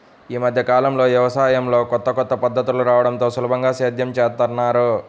యీ మద్దె కాలంలో యవసాయంలో కొత్త కొత్త పద్ధతులు రాడంతో సులభంగా సేద్యం జేత్తన్నారు